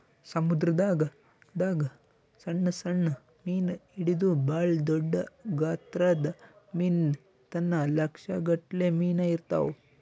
ಸಮುದ್ರದಾಗ್ ದಾಗ್ ಸಣ್ಣ್ ಸಣ್ಣ್ ಮೀನ್ ಹಿಡದು ಭಾಳ್ ದೊಡ್ಡ್ ಗಾತ್ರದ್ ಮೀನ್ ತನ ಲಕ್ಷ್ ಗಟ್ಲೆ ಮೀನಾ ಇರ್ತವ್